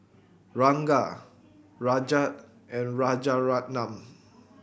Ranga Rajat and Rajaratnam